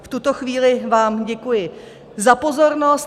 V tuto chvíli vám děkuji za pozornost.